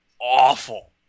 awful